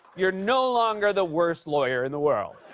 you're no longer the worst lawyer in the world.